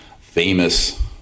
famous